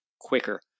quicker